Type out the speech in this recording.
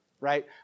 right